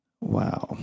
Wow